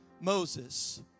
Moses